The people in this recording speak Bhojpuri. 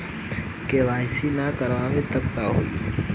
के.वाइ.सी ना करवाएम तब का होई?